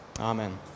amen